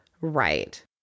right